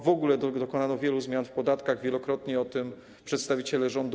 W ogóle dokonano wielu zmian w podatkach, wielokrotnie mówili o tym przedstawiciele rządu.